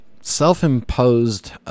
self-imposed